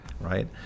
right